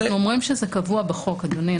אנחנו אומרים שזה קבוע בחוק, אדוני.